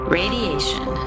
radiation